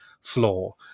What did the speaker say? floor